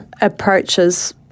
approaches